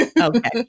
Okay